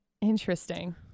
interesting